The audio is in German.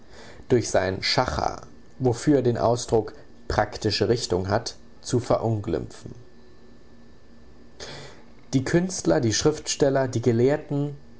durch seinen schacher wofür er den ausdruck praktische richtung hat zu verunglimpfen die künstler die schriftsteller die gelehrten